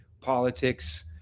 politics